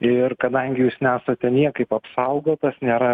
ir kadangi jūs nesate niekaip apsaugotas nėra